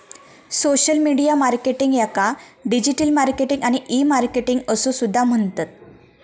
social media marketing याका digital marketing आणि e marketing असो सुद्धा म्हणतत